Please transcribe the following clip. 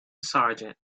sargent